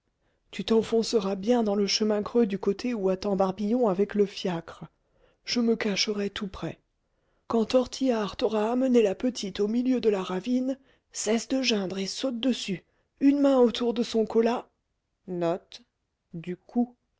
tu t'enfonceras bien dans le chemin creux du côté où attend barbillon avec le fiacre je me cacherai tout près quand tortillard t'aura amené la petite au milieu de la ravine cesse de geindre et saute dessus une main autour de son colas